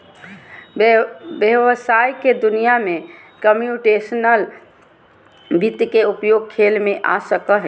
व्हवसाय के दुनिया में कंप्यूटेशनल वित्त के उपयोग खेल में आ सको हइ